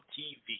TV